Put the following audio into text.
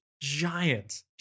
giant